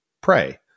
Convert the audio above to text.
pray